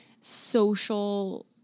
social